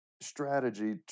strategy